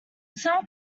some